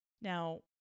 Now